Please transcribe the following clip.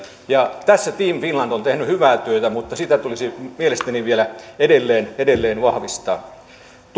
välille tässä team finland on tehnyt hyvää työtä mutta sitä tulisi mielestäni vielä edelleen edelleen vahvistaa